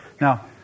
Now